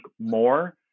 more